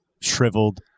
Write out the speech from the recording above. shriveled